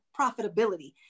profitability